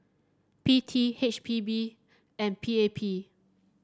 P T H P B and P A P